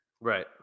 Right